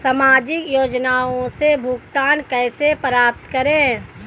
सामाजिक योजनाओं से भुगतान कैसे प्राप्त करें?